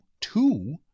two